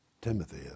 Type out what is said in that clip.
Timothy